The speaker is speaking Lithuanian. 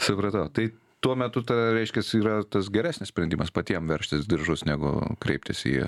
supratau tai tuo metu reiškiasi yra tas geresnis sprendimas patiems veržtis diržus negu kreiptis į